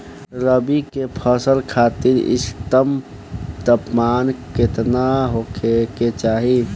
रबी क फसल खातिर इष्टतम तापमान केतना होखे के चाही?